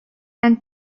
and